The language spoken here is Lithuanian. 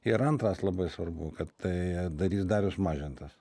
ir antras labai svarbu kad tai darys darius mažintas